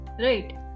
right